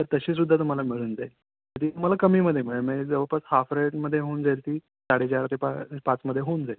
तर तशी सुद्धा तुम्हाला मिळून जाईल तर ती तुम्हाला कमीमध्ये मिळेल म्हणजे जवळपास हाफ रेटमध्ये होऊन जाईल ती साडे चार ते पा पाचमध्ये होऊन जाईल